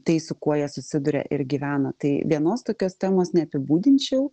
tai su kuo jie susiduria ir gyvena tai vienos tokios temos neapibūdinčiau